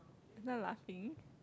is not laughing